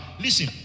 Listen